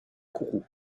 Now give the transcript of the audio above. kourou